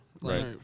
right